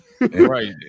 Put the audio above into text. Right